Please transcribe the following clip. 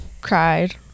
cried